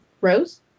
Rose